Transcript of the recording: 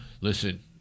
Listen